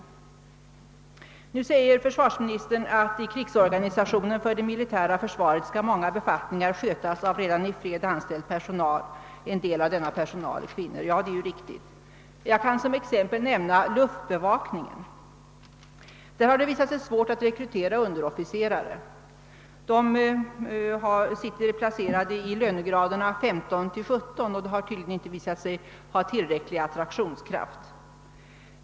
I sitt svar säger försvarsministern bl.a.: »I krigsorganisationen för det militära försvaret skall många befattningar skötas av redan i fred anställd personal. En del av denna personal är kvinnor.» Det är riktigt. Jag kan som exempel nämna luftbevakningen, till vilken det visat sig vara svårt att rekrytera underofficerare. De är placerade i lönegraderna 15—17, och dessa har tydligen inte haft tillräcklig attraktionskraft.